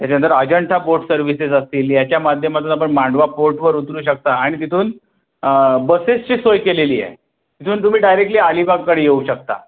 त्याच्यानंतर Ajanta port services असतील याच्या माध्यमातून आपण मांडवा पोर्टवर उतरू शकता आणि तिथून बसेसची सोय केलेली आहे तिथून तुम्ही डायरेक्टली अलीबागकडे येऊ शकता